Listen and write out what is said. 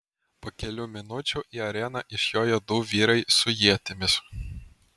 po kelių minučių į areną išjoja du vyrai su ietimis